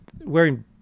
wearing